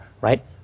right